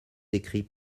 écrits